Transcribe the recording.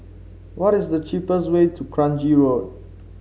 what is the cheapest way to Kranji Road